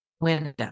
window